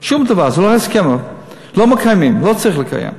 שום דבר, זה לא הסכם, לא מקיימים, לא צריך לקיים.